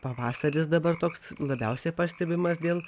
pavasaris dabar toks labiausiai pastebimas dėl